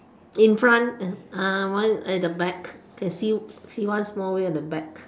in front ah one at the back can see see one small wheel at the back